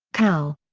kal.